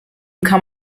kann